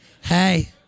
Hey